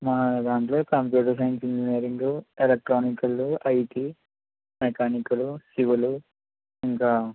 మా దాంట్లో computer science engineering electronical IT mechanical civil ఇంకా